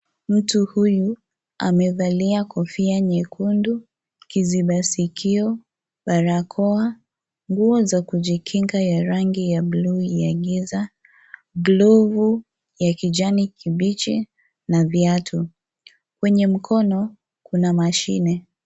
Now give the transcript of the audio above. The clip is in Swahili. Mtu huyu amevalia kofia nyekundu, kiziba sikio, barakoa, nguo za kujikinga ya rangi ya buluu ,glovu ya kijani kibichi na viatu, kwenye mkono kuna mashine.